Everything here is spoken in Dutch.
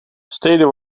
steden